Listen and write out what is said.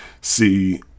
see